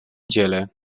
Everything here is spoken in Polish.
dziele